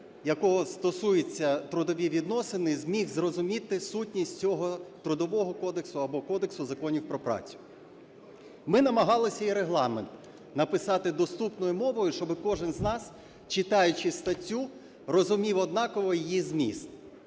якого стосується трудові відносини, зміг зрозуміти сутність цього Трудового кодексу або Кодексу законів про працю. Ми намагалися і Регламент написати доступною мовою, щоб кожен з нас, читаючи статтю, розумів однаково її зміст.